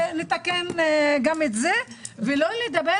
הייתי שמחה לשמוע מה נעשה עם זה ועם ההמלצות לארנק תמריצים.